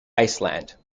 iceland